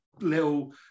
little